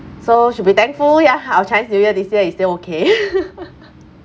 so should be thankful ya our chinese new year this year is still okay